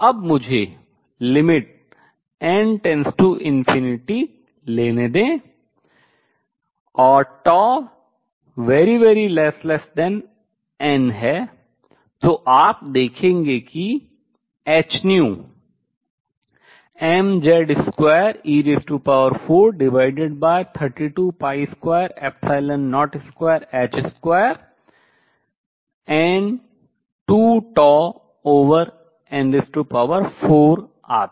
और अब मुझे limit n →∞ लेने दें और τ≪n है तो आप देखेंगे कि h mZ2e432202h2n2τn4 आता है